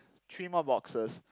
three more boxes